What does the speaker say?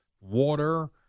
water